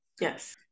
Yes